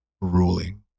ruling